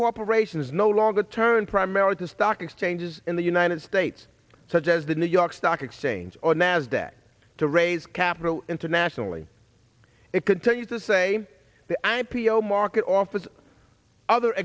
corporations no longer turn primarily to stock exchanges in the united states such as the new york stock exchange or nasdaq to raise capital internationally it can tell you to say the i p o market office other